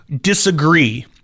disagree